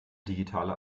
digitale